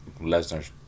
Lesnar